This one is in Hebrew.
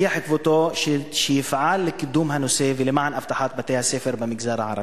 הבטיח כבודו שיפעל לקידום הנושא ולמען אבטחת בתי-הספר במגזר הערבי.